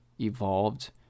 evolved